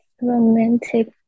Romantic